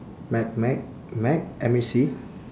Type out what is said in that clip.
mac mac mac M A C